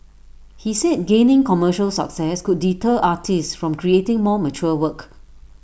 he said gaining commercial success could deter artists from creating more mature work